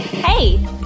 Hey